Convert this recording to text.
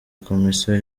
komisiyo